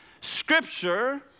scripture